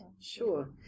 Sure